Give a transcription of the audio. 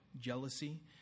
jealousy